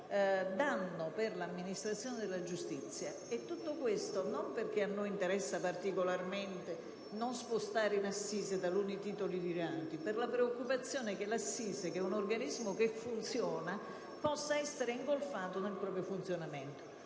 un danno per l'amministrazione della giustizia. Tutto questo non perché a noi interessa particolarmente non spostare in assise taluni titoli di reati, ma per la preoccupazione che la corte d'assise, che è un organismo che funziona, possa essere ingolfata nel suo lavoro.